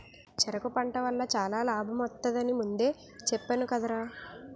చెరకు పంట వల్ల చాలా లాభమొత్తది అని ముందే చెప్పేను కదరా?